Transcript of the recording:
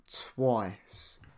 twice